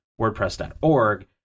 WordPress.org